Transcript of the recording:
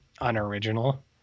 unoriginal